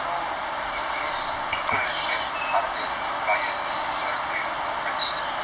so in this 几个人里面 other than ryan who else do you know 认识